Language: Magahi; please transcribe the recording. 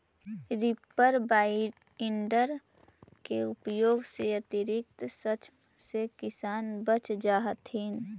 रीपर बाइन्डर के प्रयोग से अतिरिक्त श्रम से किसान बच जा हथिन